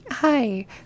Hi